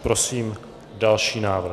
Prosím o další návrh.